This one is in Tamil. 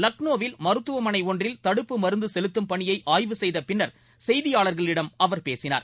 லக்னோவில் மருத்துவமனை ஒன்றில் தடுப்பு மருந்து செலுத்தும் பணியை ஆய்வு செய்தப் பின்னர் செய்தியாளர்களிடம் அவர் பேசினார்